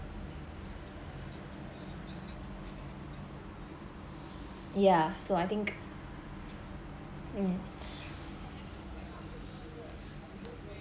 yeah so I think